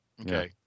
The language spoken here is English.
Okay